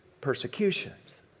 persecutions